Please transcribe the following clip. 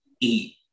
eat